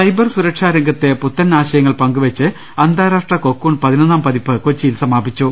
cyber സുരക്ഷാ രംഗത്തെ പുത്തൻ ആശയങ്ങൾ പങ്കുവെച്ച് അന്താരാഷ്ട്ര കൊക്കൂൺ പതിനൊന്നാം പതിപ്പ് കൊച്ചിയിൽ സമാപിച്ചു